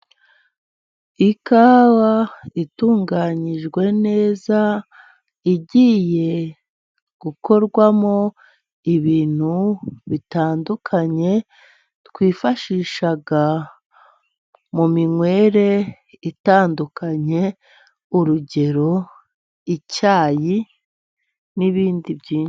Ikawa itunganyijwe neza, igiye gukorwamo ibintu bitandukanye twifashish mu minywere itandukanye urugero icyayi n'ibindi byinshi.